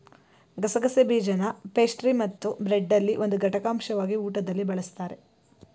ಗಸಗಸೆ ಬೀಜನಪೇಸ್ಟ್ರಿಮತ್ತುಬ್ರೆಡ್ನಲ್ಲಿ ಒಂದು ಘಟಕಾಂಶವಾಗಿ ಊಟದಲ್ಲಿ ಬಳಸ್ತಾರೆ